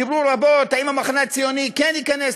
דיברו רבות אם המחנה הציוני כן ייכנס,